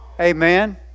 Amen